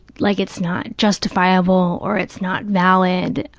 like it's not justifiable or it's not valid,